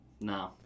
No